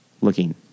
looking